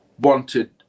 wanted